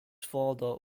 father